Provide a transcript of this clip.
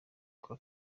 kwa